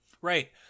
Right